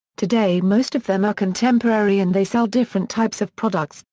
today most of them are contemporary and they sell different types of products,